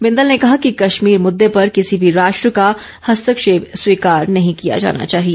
बिंदल ने कहा कि कश्मीर मुद्दे पर किसी भी राष्ट्र का हस्तक्षेप स्वीकार नहीं किया जाना चाहिए